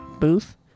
booth